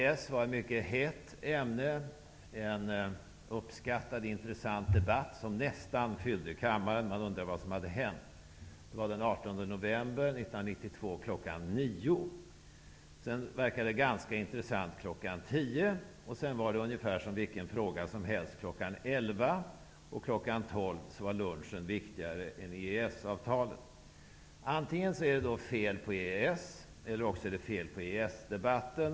EES var ett mycket hett ämne och föranledde en uppskattad och intressant debatt, som nästan fyllde kammaren -- jag undrade vad som hade hänt. Det var den 18 november 1992 kl. 9. Debatten verkade ganska intressant kl. 10, och kl. 11 var det ungefär som vilken debatt som helst. Kl. 12 var lunchen viktigare än EES-avtalet. Det är antingen fel på EES eller på EES-debatten.